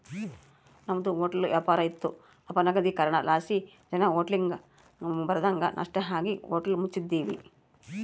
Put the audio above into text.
ನಮ್ದು ಹೊಟ್ಲ ವ್ಯಾಪಾರ ಇತ್ತು ಅಪನಗದೀಕರಣಲಾಸಿ ಜನ ಹೋಟ್ಲಿಗ್ ಬರದಂಗ ನಷ್ಟ ಆಗಿ ಹೋಟ್ಲ ಮುಚ್ಚಿದ್ವಿ